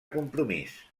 compromís